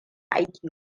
aiki